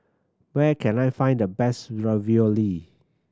where can I find the best Ravioli